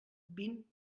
vint